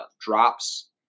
drops